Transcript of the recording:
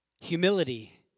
Humility